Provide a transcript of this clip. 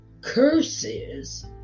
curses